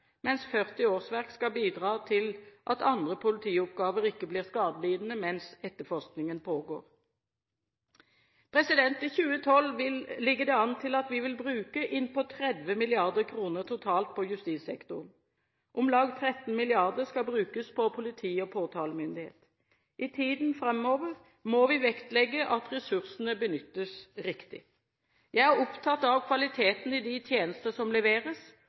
mens 40 årsverk skal bidra til at andre politioppgaver ikke blir skadelidende mens etterforskningen pågår. I 2012 ligger det an til at vi vil bruke innpå 30 mrd. kr totalt på justissektoren. Om lag 13 mrd. kr skal brukes på politi og påtalemyndighet. I tiden framover må vi vektlegge at ressursene benyttes riktig. Jeg er opptatt av kvaliteten i de tjenester som leveres,